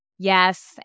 Yes